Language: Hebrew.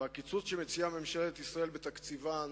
והקיצוץ שמציעה ממשלת ישראל בתקציבן